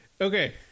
okay